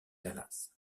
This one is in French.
dallas